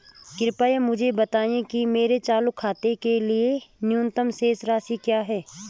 कृपया मुझे बताएं कि मेरे चालू खाते के लिए न्यूनतम शेष राशि क्या है?